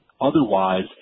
otherwise